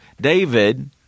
David